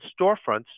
storefronts